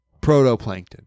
Protoplankton